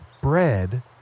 bread